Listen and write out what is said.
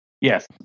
yes